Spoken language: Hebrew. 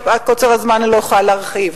מפאת קוצר הזמן אני לא אוכל להרחיב.